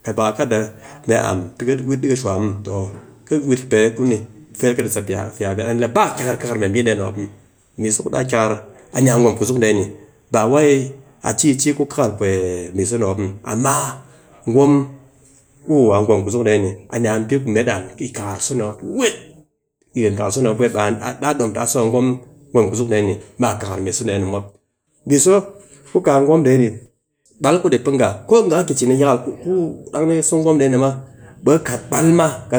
ba kɨ ɗeke mee am tɨ ka wit dika shuwa muw. kɨ wit pee ku ni. ba kyakar mee bii dee ni mop muw. bii so ku daa kyakar a ni a gwom kuzuk dee ni, ba wai a ci a ci ku kar bii so ni mop mu muw. Gwom kwa gwom kuzuk dee ni a ni a bii ku met an yi kakar so ni mop weet. Ɗikin kar so ni mop weet daa ɗom taa so a gwom kuzuk dee ni ma kakar bii so dee ni mop, bii so ku kaa gwom dee ni dang ku ɗi pe ngha ko ngha kɨ ki cin a yakal dang nika so gwom dee ma, kat